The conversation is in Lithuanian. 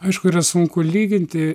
aišku yra sunku lyginti